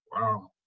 wow